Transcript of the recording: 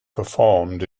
performed